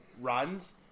runs